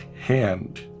hand